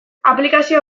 aplikazio